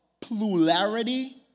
plurality